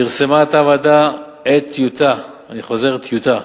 פרסמה עתה הוועדה טיוטה, אני חוזר: טיוטה,